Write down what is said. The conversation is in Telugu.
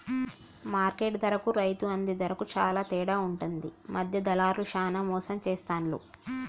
మార్కెట్ ధరకు రైతు అందే ధరకు చాల తేడా ఉంటది మధ్య దళార్లు చానా మోసం చేస్తాండ్లు